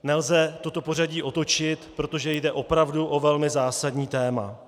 Nelze toto pořadí otočit, protože jde opravdu o velmi zásadní téma.